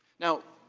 now,